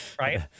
Right